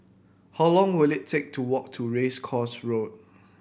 how long will it take to walk to Race Course Road